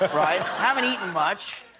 like right? haven't eaten much,